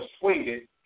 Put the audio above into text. persuaded